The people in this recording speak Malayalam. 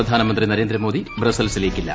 പ്രധാനമന്ത്രി നരേന്ദ്രമോദി ബ്രസൽസില്ലേയ്ക്കില്ല